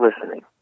listening